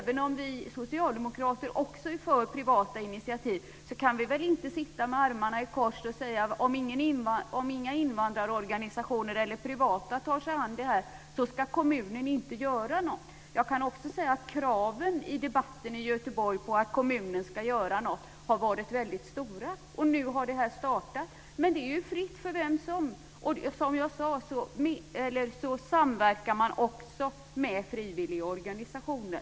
Vi socialdemokrater är också för privata initiativ, men vi kan ändå inte sitta med armarna i kors och säga så här: Om inga invandrarorganisationer eller privata intressenter tar sig an detta ska kommunen inte göra något. Jag kan också säga att kraven på att kommunen ska göra något har varit väldigt stora i debatten i Göteborg. Nu har denna verksamhet startat. Det är fritt fram för vem som helst. Som jag sade samverkar man med frivilligorganisationer.